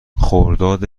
خرداد